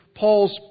Paul's